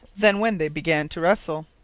than when they began to wrestle.